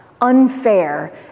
unfair